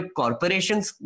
corporations